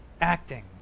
acting